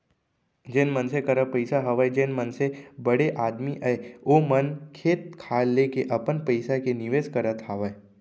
जेन मनसे करा पइसा हवय जेन मनसे बड़े आदमी अय ओ मन खेत खार लेके अपन पइसा के निवेस करत हावय